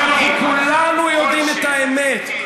כאשר אנחנו כולנו יודעים את האמת: